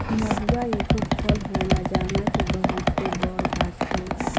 महुवा एगो फल होला जवना के बहुते बड़ गाछ होला